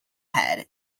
head